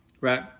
right